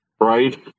right